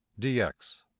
dx